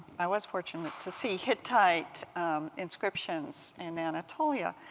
i was fortunate to see hittite inscriptions in anatolia.